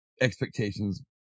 expectations